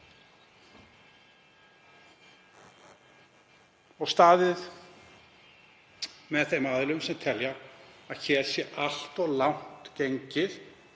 og staðið með þeim aðilum sem telja að hér sé allt of langt gengið